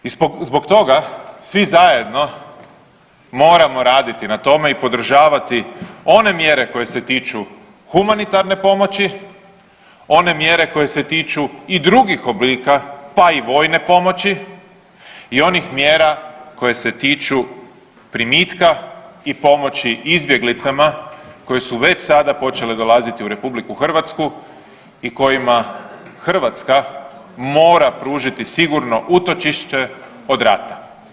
I zbog toga svi zajedno moramo raditi na tome i podržavati one mjere koje se tiču humanitarne pomoći, one mjere koje se tiču i drugih oblika, pa i vojne pomoći i onih mjera koje se tiču primitka i pomoći izbjeglicama koje su već sada počele dolaziti u RH i kojima Hrvatska mora pružiti sigurno utočište od rata.